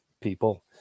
people